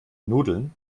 nudeln